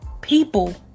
people